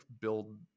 build